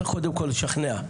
צריך קודם כל לשכנע,